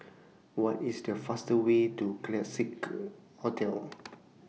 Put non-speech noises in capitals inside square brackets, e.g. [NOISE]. What IS The fastest Way to Classique Hotel [NOISE]